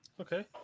Okay